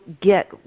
get